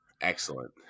Excellent